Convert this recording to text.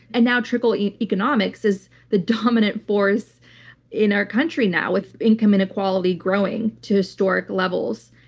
and now trickle economics is the dominant force in our country now with income inequality growing to historic levels.